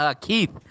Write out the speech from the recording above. Keith